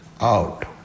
out